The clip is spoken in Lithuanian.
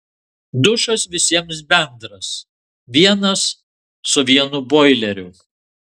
dušas visiems bendras vienas su vienu boileriu